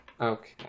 Okay